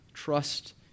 Trust